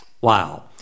Wow